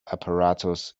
apparatus